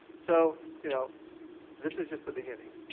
so you know this is just the beginning.